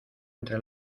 entre